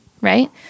right